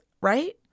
right